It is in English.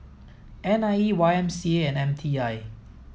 N I E Y M C A and M T I